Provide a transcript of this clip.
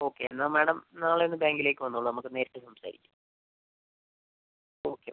okay എന്നാൽ madam നാളെ ഒന്ന് ബാങ്കിലേക്ക് വന്നോളൂ നമുക്ക് നേരിട്ട് സംസാരിക്കാം ഓക്കെ